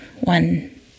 one